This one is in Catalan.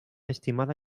estimada